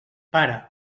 para